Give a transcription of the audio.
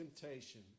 temptation